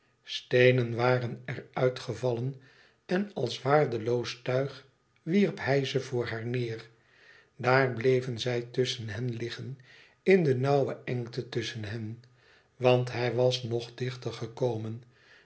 steenen waren er uit gevallen en als waardeloos tuig wierp hij ze voor haar neêr daar bleven zij tusschen hen liggen in de nauwe engte tusschen hen want hij was nog dichter gekomen